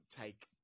take